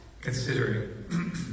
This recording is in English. considering